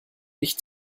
nicht